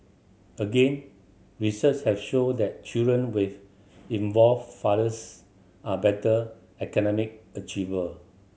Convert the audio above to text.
again research have shown that children with involved fathers are better academic achiever